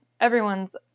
everyone's